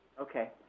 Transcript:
Okay